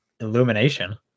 Illumination